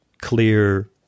clear